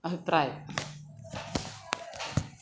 അഭിപ്രായം